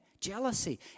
Jealousy